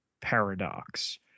paradox